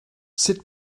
sut